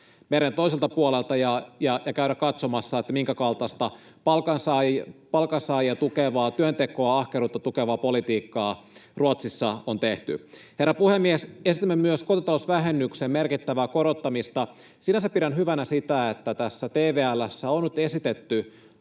meren toiselta puolelta ja käydä katsomassa, minkäkaltaista palkansaajia tukevaa, työntekoa, ahkeruutta tukevaa politiikkaa Ruotsissa on tehty. Herra puhemies! Esitämme myös kotitalousvähennyksen merkittävää korottamista. Sinänsä pidän hyvänä sitä, että tässä TVL:ssä on nyt esitetty